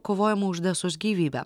kovojama už desos gyvybę